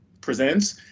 presents